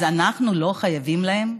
אז אנחנו לא חייבים להם?